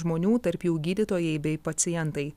žmonių tarp jų gydytojai bei pacientai